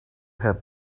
had